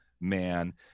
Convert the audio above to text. man